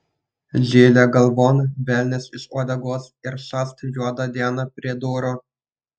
žilė galvon velnias iš uodegos ir šast juoda diena prie durų